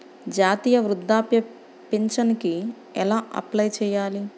జాతీయ వృద్ధాప్య పింఛనుకి ఎలా అప్లై చేయాలి?